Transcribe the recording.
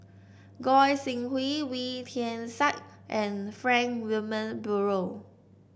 Goi Seng Hui Wee Tian Siak and Frank Wilmin Brewer